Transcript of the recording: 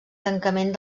tancament